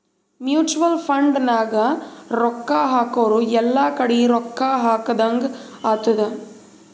mutual fund ನಾಗ್ ರೊಕ್ಕಾ ಹಾಕುರ್ ಎಲ್ಲಾ ಕಡಿ ರೊಕ್ಕಾ ಹಾಕದಂಗ್ ಆತ್ತುದ್